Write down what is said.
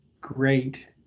great